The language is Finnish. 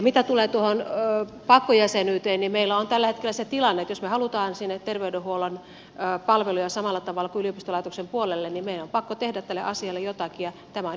mitä tulee tuohon pakkojäsenyyteen niin meillä on tällä hetkellä se tilanne että jos me haluamme sinne terveydenhuollon palveluja samalla tavalla kuin yliopistolaitoksen puolelle niin meidän on pakko tehdä tälle asialle jotakin ja tämä on yksi keino siihen